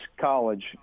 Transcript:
College